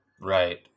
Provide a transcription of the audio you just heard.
Right